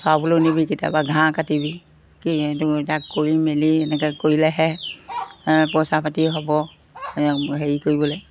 চৰাবলৈও নিবি কেতিয়াবা ঘাঁহ কাটিবি কিন্তু তাক কৰি মেলি এনেকৈ কৰিলেহে পইচা পাতি হ'ব হেৰি কৰিবলৈ